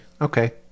Okay